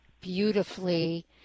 beautifully